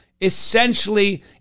Essentially